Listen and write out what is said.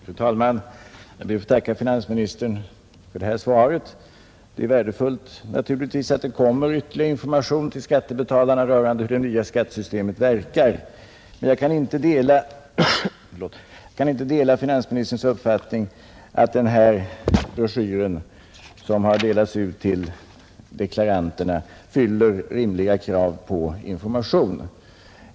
Fru talman! Jag ber att få tacka finansministern för svaret. Det är naturligtvis värdefullt att det kommer ytterligare informationer till skattebetalarna rörande hur det nya skattesystemet verkar, men jag kan inte dela finansministerns uppfattning att den broschyr som delats ut till deklaranterna fyller rimliga krav på information.